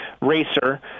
racer